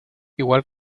igual